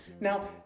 Now